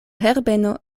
herbeno